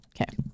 Okay